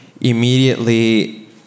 Immediately